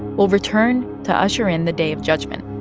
will return to usher in the day of judgment.